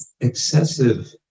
excessive